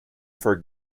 for